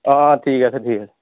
অঁ অঁ ঠিক আছে ঠিক আছে